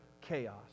chaos